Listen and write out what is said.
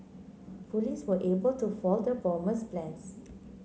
police were able to foil the bomber's plans